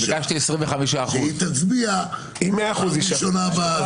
ביקשתי 25%. היא מאה אחוז אישה.